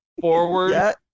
forward